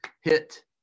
hit